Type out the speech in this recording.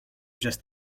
just